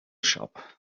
shop